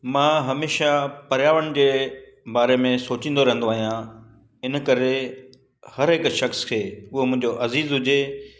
मां हमेशह पर्यावरण जे बारे में सोचींदो रहंदो आहियां इनकरे हर हिकु शख़्स खे उहो मुंहिंजो अज़ीज हुजे